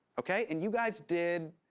okay, and you guys did.